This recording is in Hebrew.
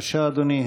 בבקשה, אדוני.